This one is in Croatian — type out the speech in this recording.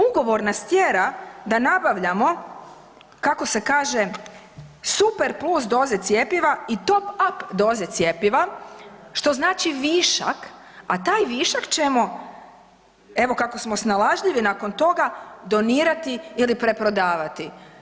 Ugovor nas tjera da nabavljamo kako se kaže, super plus doze cjepiva i top-up doze cjepiva, što znači višak, a taj višak ćemo evo kako smo snalažljivi nakon toga, donirati ili preprodavati.